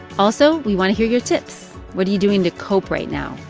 also, we want to hear your tips. what are you doing to cope right now?